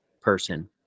person